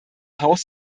haus